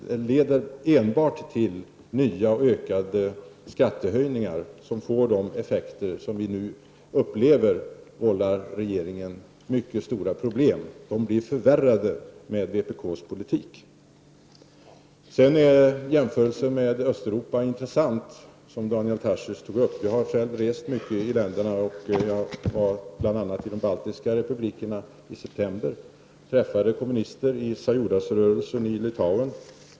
Detta leder enbart till nya och ökade skattehöjningar, som får de effekter som vi nu upplever och som vållar regeringen mycket stora problem. Med vpk:s politik skulle problemen förvärras. Daniel Tarschys jämförelse med Östeuropa är intressant. Själv har jag rest mycket där. I september var jag i de baltiska länderna och träffade då kommunister i Sajudis-rörelsen i Litauen.